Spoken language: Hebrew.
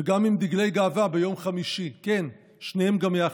וגם עם דגלי גאווה ביום חמישי, כן, שניהם גם יחד.